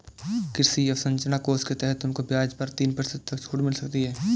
कृषि अवसरंचना कोष के तहत तुमको ब्याज पर तीन प्रतिशत तक छूट मिल सकती है